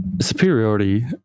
superiority